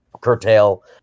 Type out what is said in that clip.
curtail